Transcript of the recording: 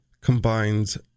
combines